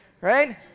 right